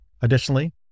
Additionally